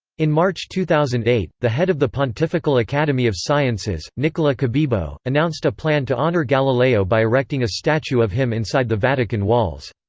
in march two thousand and eight, the head of the pontifical academy of sciences, nicola cabibbo, announced a plan to honour galileo by erecting a statue of him inside the vatican walls.